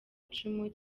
icumu